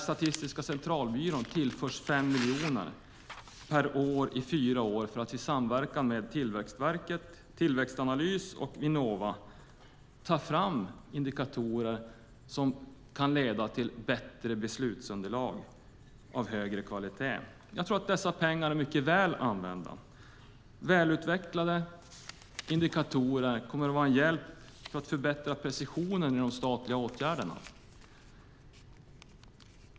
Statistiska centralbyrån tillförs 5 miljoner per år i fyra år för att i samverkan med Tillväxtverket, Tillväxtanalys och Vinnova ta fram indikatorer som kan leda till bättre beslutsunderlag, till beslutsunderlag av högre kvalitet. Jag tror att det är mycket väl använda pengar. Väl utvecklade indikatorer kommer att vara till hjälp när det gäller att förbättra precisionen i de statliga åtgärderna.